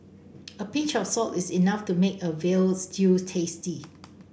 a pinch of salt is enough to make a veal stew tasty